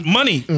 money